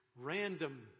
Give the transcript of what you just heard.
random